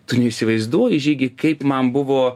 tu neįsivaizduoji žygi kaip man buvo